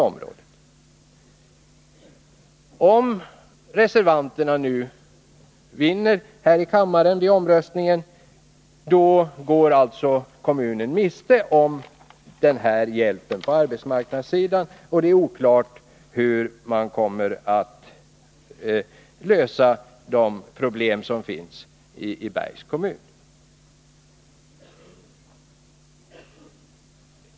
Om reservanterna vinner omröstningen här i kammaren, går alltså kommunen miste om den här hjälpen på arbetsmarknadssidan, och det är oklart hur man kommer att lösa de problem som finns i Bergs kommun.